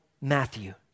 Matthew